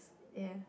ya